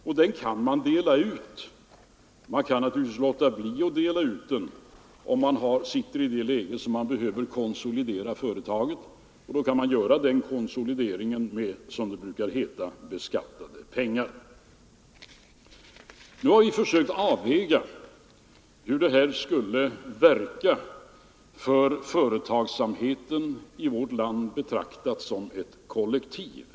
Den delen kan man dela ut, och man kan naturligtvis låta bli att dela ut den om man sitter i det läget att man vill konsolidera företaget. Då kan man göra den konsolideringen med — som det brukar heta — beskattade pengar. Nu har vi försökt avväga hur det här skulle verka för företagsamheten i vårt land betraktat som ett kollektiv.